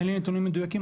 אין לי נתונים מדויקים,